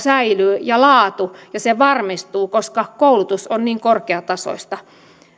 ja laatu säilyvät ja se varmistuu koska koulutus on niin korkeatasoista